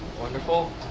Wonderful